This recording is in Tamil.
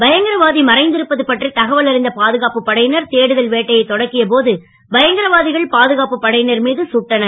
பயங்கரவாதி மறைந்து இருப்பது பற்றி தகவல் அறிந்த பாதுகாப்பு படையினர் தேடுதல் வேட்டையை தொடக்கிய போது பயங்கரவாதிகள் பாதுகாப்பு படையினர் மீது கட்டனர்